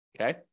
okay